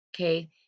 Okay